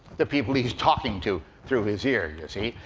the people he's talking to through his ear, you see?